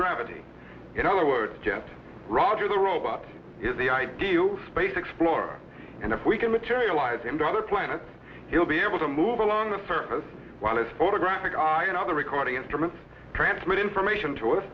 gravity in other words just roger the robot is the ideal space explorer and if we can materialize into other planets he'll be able to move along the surface while it's photographic i and other recording instruments transmit information to us